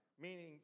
meaning